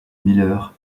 miller